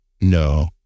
no